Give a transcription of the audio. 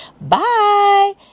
Bye